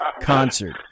concert